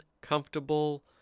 comfortable